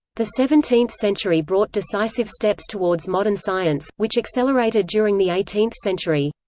the seventeenth century brought decisive steps towards modern science, which accelerated during the eighteenth century.